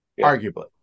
arguably